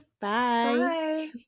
bye